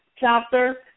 chapter